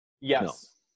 Yes